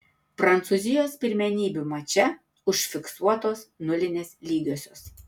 prancūzijos pirmenybių mače užfiksuotos nulinės lygiosios